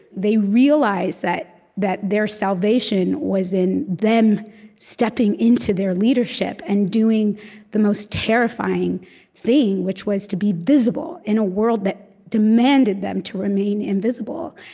they realized that that their salvation was in them stepping into their leadership and doing the most terrifying thing, which was to be visible in a world that demanded them to remain invisible.